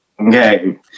okay